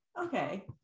Okay